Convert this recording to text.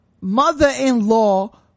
mother-in-law